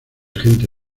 gente